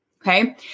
Okay